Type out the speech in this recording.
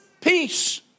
Peace